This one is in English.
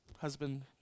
husband